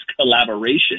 collaboration